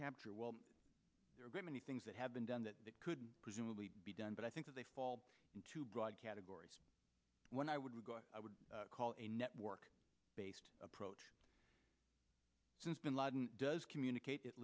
capture well there are great many things that have been done that could presumably be done but i think that they fall into broad categories when i would i would call a network based approach since bin laden does communicate at